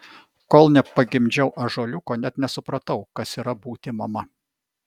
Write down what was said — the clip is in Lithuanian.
kol nepagimdžiau ąžuoliuko net nesupratau kas yra būti mama